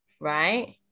right